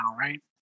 right